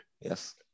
yes